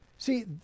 See